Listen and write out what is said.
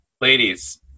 ladies